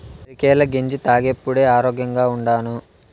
అరికెల గెంజి తాగేప్పుడే ఆరోగ్యంగా ఉండాను